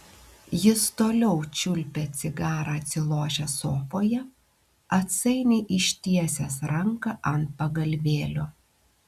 jis toliau čiulpė cigarą atsilošęs sofoje atsainiai ištiesęs ranką ant pagalvėlių